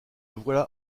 voilà